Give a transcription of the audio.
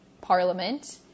parliament